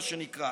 מה שנקרא,